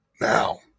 Now